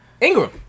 Ingram